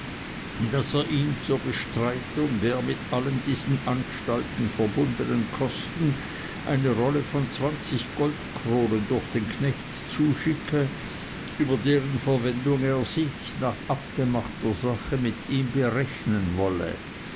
daß er ihm zur bestreitung der mit allen diesen anstalten verbundenen kosten eine rolle von zwanzig goldkronen durch den knecht zuschicke über deren verwendung er sich nach abgemachter sache mit ihm berechnen wolle